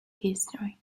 history